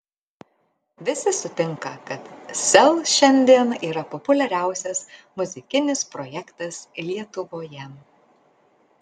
visi sutinka kad sel šiandien yra populiariausias muzikinis projektas lietuvoje